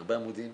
הרבה עמודים,